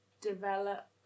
develop